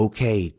Okay